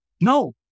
No